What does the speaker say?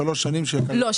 לא.